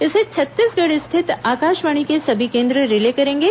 इसे छत्तीसगढ़ स्थित आकाशवाणी के सभी केंद्र रिले करेंगे